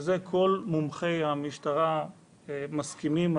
ובזה כל מומחי המשטרה מסכימים,